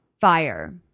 Fire